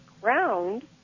ground